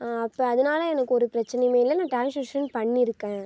அப்போ அதனால் எனக்கு ஒரு பிரச்சினையுமே இல்லை நான் ட்ரான்ஸ்லேஷன் பண்ணியிருக்கேன்